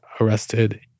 arrested